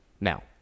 Now